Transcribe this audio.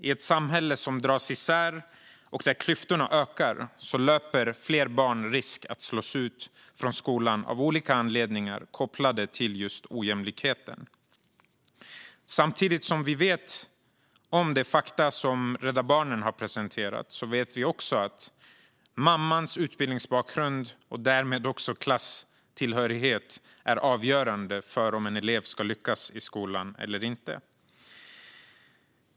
I ett samhälle som dras isär och där klyftorna ökar löper fler barn risk att slås ut från skolan av olika anledningar kopplade till just ojämlikhet. Samtidigt som vi vet om de fakta som Rädda Barnen presenterat vet vi att mammans utbildningsbakgrund och därmed klasstillhörighet är avgörande för om en elev ska lyckas i skolan eller inte.